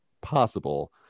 possible